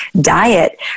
diet